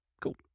Cool